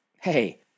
Hey